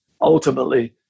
ultimately